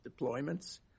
deployments